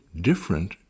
different